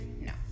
no